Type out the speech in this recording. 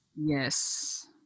Yes